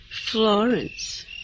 Florence